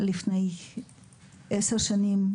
לפני עשר שנים,